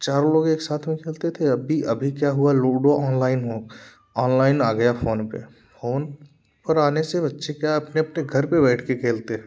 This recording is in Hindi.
चार लोग एक साथ में खेलते थे अभी अभी क्या हुआ लूडो ऑनलाइन हों ऑनलाइन आ गया फोन पर फोन पर आने से बच्चे क्या अपने अपने घर पे बैठ के खेलते हैं